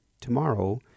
tomorrow